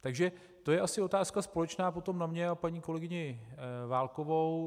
Takže to je asi otázka společná potom na mě a paní kolegyni Válkovou.